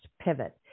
pivot